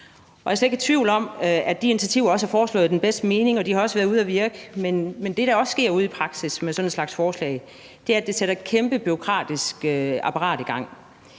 jeg er slet ikke i tvivl om, at de initiativer også er foreslået i den bedste mening, og de har også været ude at virke, men det, der også sker ude i praksis med sådan en slags forslag, er, at det sætter et kæmpe bureaukratisk apparat i gang.